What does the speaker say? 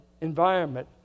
environment